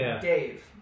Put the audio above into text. Dave